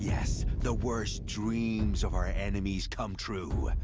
yes! the worst dreams of our enemies come true!